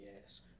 yes